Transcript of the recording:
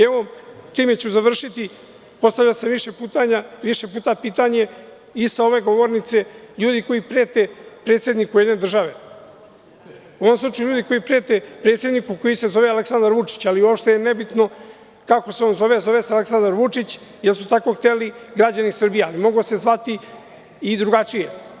Evo, time ću završiti, postavljao sam više puta pitanje i sa ove govornice, ljudi koji prete predsedniku jedne države, u ovom slučaju ljudi koji prete predsedniku koji se zove Aleksandar Vučić, ali uopšte je nebitno kako se on zove, zove se Aleksandar Vučić, jer su tako hteli građani Srbije, ali mogao se zvati i drugačije.